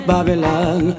Babylon